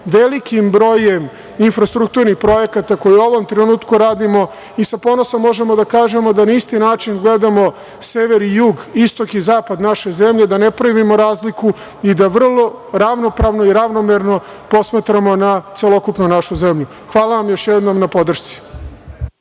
velikim brojem infrastrukturnih projekata koje u ovom trenutku radimo. Sa ponosom možemo da kažemo da na isti način gledamo sever i jug, istok i zapad naše zemlje, da ne pravimo razliku i da vrlo ravnopravno i ravnomerno posmatramo celokupno našu zemlju. Hvala vam još jednom na podršci.